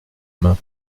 main